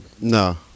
No